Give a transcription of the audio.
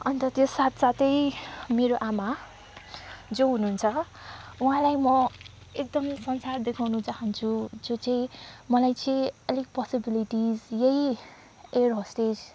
अन्त त्यो साथसाथै मेरो आमा जो हुनुहुन्छ उहाँलाई म एकदम यो संसार देखाउनु चाहन्छु जो चाहिँ मलाई चाहिँ अलिक पसिबिलिटिस यही एयर होस्टेज